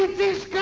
this